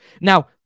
Now